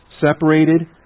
separated